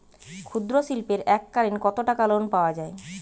ক্ষুদ্রশিল্পের এককালিন কতটাকা লোন পাওয়া য়ায়?